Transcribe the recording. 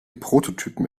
prototypen